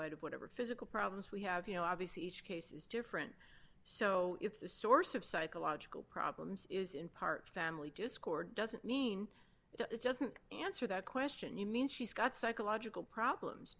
light of whatever physical problems we have you know obviously each case is different so if the source of psychological problems is in part family discord doesn't mean it doesn't answer the question you mean she's got psychological problems